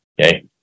Okay